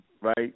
right